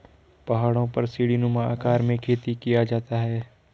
पहाड़ों पर सीढ़ीनुमा आकार में खेती किया जाता है